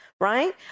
right